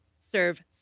serve